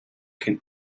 can